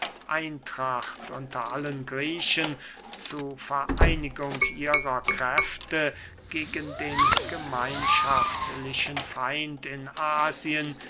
eintracht unter allen griechen zu vereinigung ihrer kräfte gegen den gemeinschaftlichen feind in asien